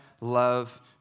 love